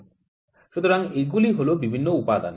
সুতরাং এইগুলি হল বিভিন্ন উপাদান